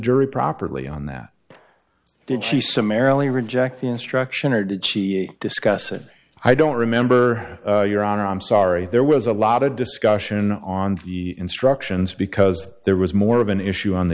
jury properly on that did she summarily reject the instruction or did she discuss it i don't remember your honor i'm sorry there was a lot of discussion on the instructions because there was more of an issue on the